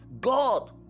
god